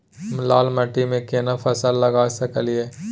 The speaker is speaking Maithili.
लाल माटी में केना फसल लगा सकलिए?